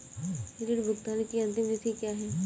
ऋण भुगतान की अंतिम तिथि क्या है?